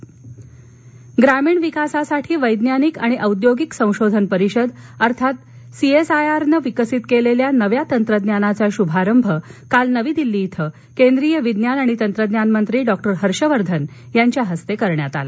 हर्षवर्धन ग्रामीण विकासासाठी वैज्ञानिक आणि औद्योगिक संशोधन परिषद अर्थात सीएसआयआर नं विकसित केलेल्या नव्या तंत्रज्ञानाचा शुभारंभ काल नवी दिल्ली इथं केंद्रीय विज्ञान आणि तंत्रज्ञान मंत्री डॉक्टर हर्षवर्धन यांच्या हस्ते करण्यात आला